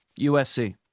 USC